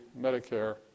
Medicare